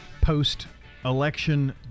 post-election